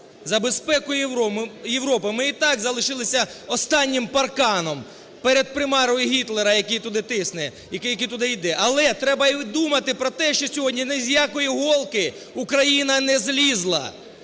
за безпеку Європи. Ми і так залишилися останнім парканом перед примарою Гітлера, який туди тисне, який туди йде. Але треба думати і про те, що сьогодні ні з якої голки Україна не злізла.